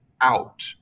out